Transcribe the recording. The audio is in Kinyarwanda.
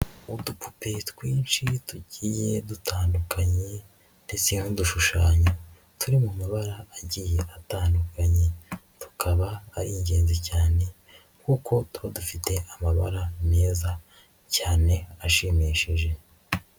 Udupupe twinshi tugiye dutandukanye ndetse n'udushushanyo turi mu mabara agiye atandukanye, tukaba ari ingenzi cyane kuko tuba dufite amabara meza cyane ashimishije.